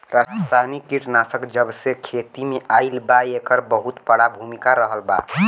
रासायनिक कीटनाशक जबसे खेती में आईल बा येकर बहुत बड़ा भूमिका रहलबा